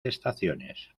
estaciones